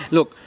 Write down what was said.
Look